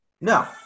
No